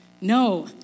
No